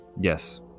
Yes